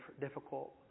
difficult